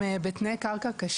אני יכולה להוסיף לזה?